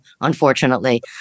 unfortunately